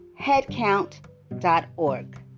headcount.org